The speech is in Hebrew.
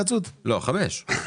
הצבעה אושר.